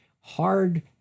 hard